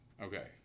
Okay